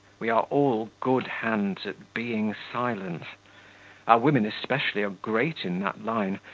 we are all good hands at being silent our women especially are great in that line.